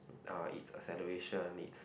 uh its acceleration it's